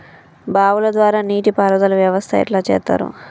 బావుల ద్వారా నీటి పారుదల వ్యవస్థ ఎట్లా చేత్తరు?